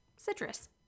citrus